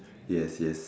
yes yes